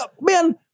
man